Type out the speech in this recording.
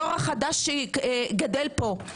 הדור החדש של החברה הערבית שגדל פה,